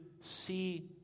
see